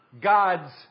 God's